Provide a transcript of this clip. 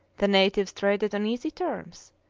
the natives traded on easy terms.